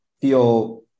feel